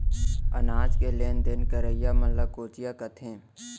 अनाज के लेन देन करइया मन ल कोंचिया कथें